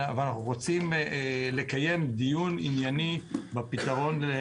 ואנחנו רוצים לקיים דיון ענייני בפתרון.